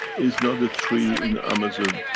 it's not the tree in amazon,